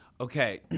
Okay